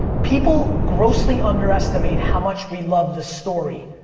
people grossly underestimate how much we love the story.